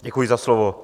Děkuji za slovo.